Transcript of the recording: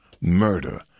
murder